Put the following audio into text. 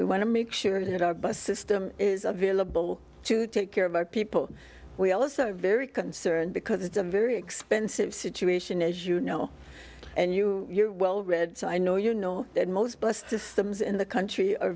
we want to make sure that our bus system is available to take care of our people we also very concerned because it's a very expensive situation as you know and you you're well read so i know you know that most bus systems in the country are